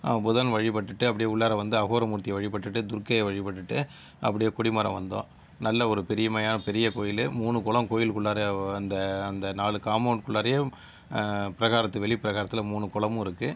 புதன் வழிபட்டுவிட்டு அப்படியே உள்ளார வந்து அஹோர மூர்த்தியை வழிபட்டுவிட்டு துர்க்கையை வழிபட்டுவிட்டு அப்படியே கொடிமரம் வந்தோம் நல்ல ஒரு பெருமையான பெரிய கோவிலு மூணு குளம் கோவிலுக்குள்ளார அந்த அந்த நாலு காம்பௌண்டுக்குள்ளாரயே பிரகாரத்தில் வெளி பிராகரத்தில் மூணு குளமும் இருக்குது